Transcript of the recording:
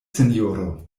sinjoro